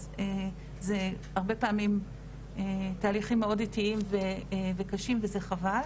אז זה הרבה פעמים תהליכים מאוד איטיים וקשים וזה חבל.